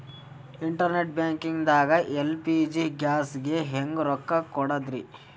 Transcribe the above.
Internet banking ದಾಗ LPG ಗ್ಯಾಸ್ಗೆ ಹೆಂಗ್ ರೊಕ್ಕ ಕೊಡದ್ರಿ?